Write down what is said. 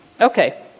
Okay